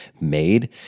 made